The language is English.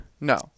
no